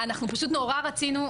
אנחנו פשוט נורא רצינו,